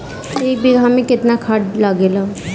एक बिगहा में केतना खाद लागेला?